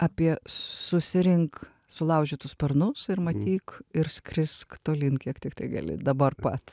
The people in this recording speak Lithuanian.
apie susirink sulaužytus sparnus ir matyk ir skrisk tolyn kiek tiktai gali dabar pat